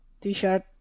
t-shirt